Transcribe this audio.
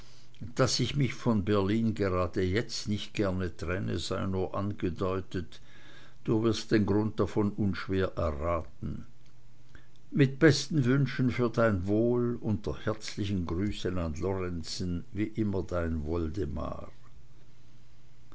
daß ich mich von berlin gerade jetzt nicht gerne trenne sei nur angedeutet du wirst den grund davon unschwer erraten mit besten wünschen für dein wohl unter herzlichen grüßen an lorenzen wie immer dein